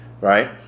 right